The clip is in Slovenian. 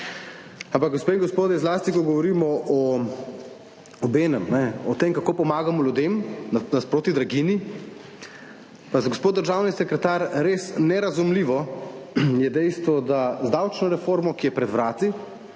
Ampak, gospe in gospodje, zlasti, ko govorimo, obenem, kajne, o tem, kako pomagamo ljudem, nasproti draginji, pa je, gospod državni sekretar, res nerazumljivo dejstvo, da z davčno reformo, ki je pred vrati,